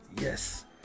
Yes